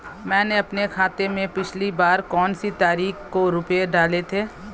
मैंने अपने खाते में पिछली बार कौनसी तारीख को रुपये डाले थे?